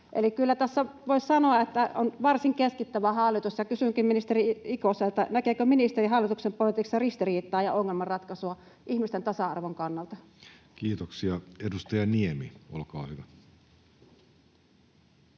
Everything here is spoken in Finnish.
Eli kyllä tässä voisi sanoa, että on varsin keskittävä hallitus. Kysynkin ministeri Ikoselta: näkeekö ministeri hallituksen politiikassa ristiriitaa ja ongelman ratkaisua ihmisten tasa-arvon kannalta? Kiitoksia. — Edustaja Niemi, olkaa hyvä.